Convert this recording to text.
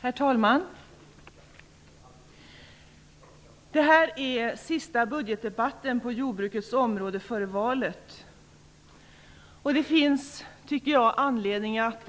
Herr talman! Det här är den sista budgetdebatten på jordbrukets område före valet. Det finns, tycker jag, anledning att